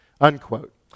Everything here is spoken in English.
Unquote